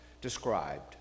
described